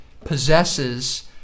possesses